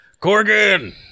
Corgan